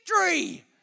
victory